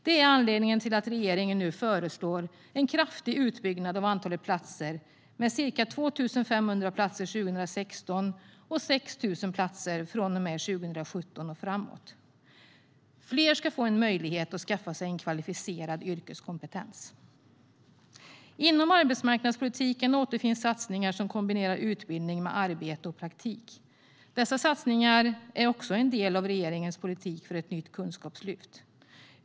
Det är anledningen till att regeringen nu föreslår en kraftig utbyggnad av antalet platser med ca 2 500 platser 2016 och 6 000 platser från och med 2017. Fler ska få möjlighet att skaffa sig en kvalificerad yrkeskompetens. Inom arbetsmarknadspolitiken återfinns satsningar som kombinerar utbildning med arbete och praktik. Dessa satsningar är också en del av regeringens politik för ett nytt kunskapslyft.